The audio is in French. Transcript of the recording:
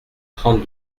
trente